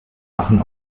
machen